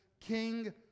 King